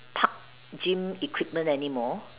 park gym equipment anymore